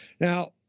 Now